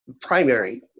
primary